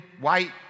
white